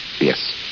Yes